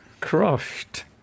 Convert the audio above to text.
crushed